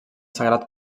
sagrat